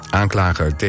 Aanklager